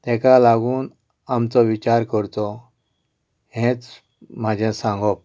तेका लागून आमचो विचार करचो हेंच म्हाजें सांगोप